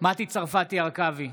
מטי צרפתי הרכבי,